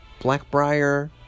Blackbriar